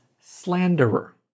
slanderer